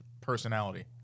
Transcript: personality